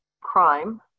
crime